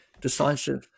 decisive